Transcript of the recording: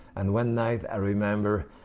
and one night, i remember,